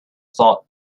thought